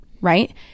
right